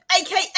aka